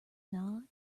nod